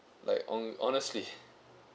like hon~ honestly